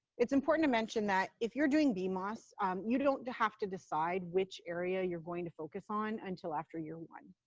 it's important to mention that if you're doing bmos, you don't have to decide which area you're going to focus on until after year one.